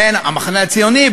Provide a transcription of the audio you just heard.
בין המחנה הציוני,